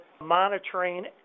monitoring